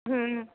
হুম